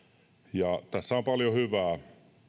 tässä on paljon hyvää